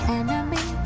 enemy